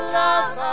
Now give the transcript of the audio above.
love